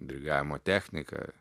dirigavimo techniką